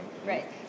Right